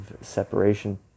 separation